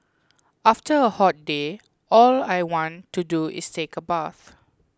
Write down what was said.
after a hot day all I want to do is take a bath